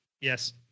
Yes